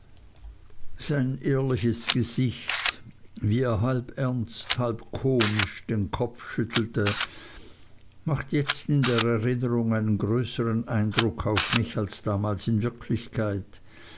sein ehrliches gesicht wie er halb ernst halb komisch den kopf schüttelte macht jetzt in der erinnerung einen größern eindruck auf mich als damals in wirklichkeit